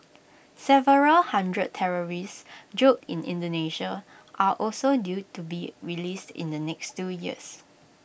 several hundred terrorists jailed in Indonesia are also due to be released in the next two years